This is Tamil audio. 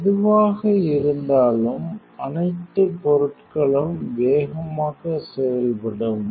எதுவாக இருந்தாலும் அனைத்து பொருட்களும் வேகமாக செயல்படும் 2545